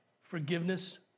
forgiveness